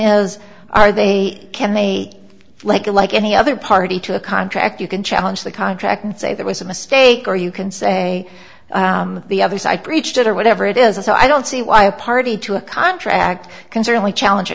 is are they can they like you like any other party to a contract you can challenge the contract and say that was a mistake or you can say the other side breached it or whatever it is so i don't see why a party to a contract can certainly challenge a